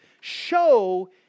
show